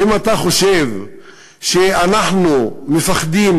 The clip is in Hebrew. ואם אתה חושב שאנחנו מפחדים,